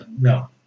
No